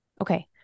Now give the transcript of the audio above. Okay